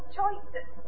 choices